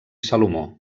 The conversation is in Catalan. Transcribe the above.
salomó